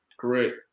Correct